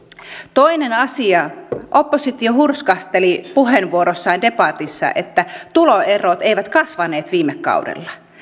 toinen asia oppositio hurskasteli puheenvuorossaan debatissa että tuloerot eivät kasvaneet viime kaudella